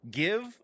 give